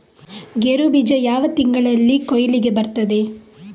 ಗೇರು ಬೀಜ ಯಾವ ತಿಂಗಳಲ್ಲಿ ಕೊಯ್ಲಿಗೆ ಬರ್ತದೆ?